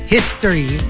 History